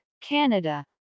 canada